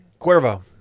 Cuervo